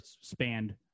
spanned